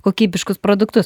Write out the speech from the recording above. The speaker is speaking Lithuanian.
kokybiškus produktus